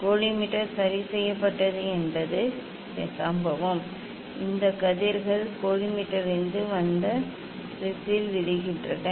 இந்த கோலிமேட்டர் சரி செய்யப்பட்டது என்பது சம்பவம் இந்த கதிர்கள் கோலிமேட்டரிலிருந்து வந்து ப்ரிஸில் விழுகின்றன